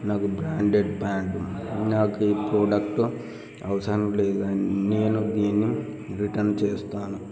నాకు branded pant నాకు ఈ ప్రోడక్ట్ అవసరం లేదు నేను దీన్ని రిటర్న్ చేస్తాను